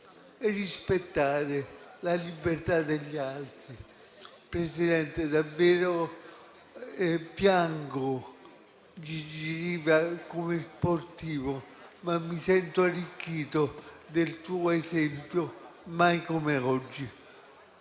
e rispettare la libertà degli altri. Signor Presidente, davvero piango Gigi Riva come sportivo, ma mi sento arricchito dal suo esempio, mai come oggi.